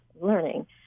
learning